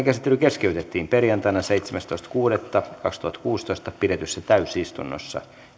käsittely keskeytettiin perjantaina seitsemästoista kuudetta kaksituhattakuusitoista pidetyssä täysistunnossa